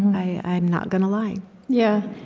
i'm not gonna lie yeah,